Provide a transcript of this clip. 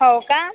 हो का